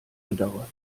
gedauert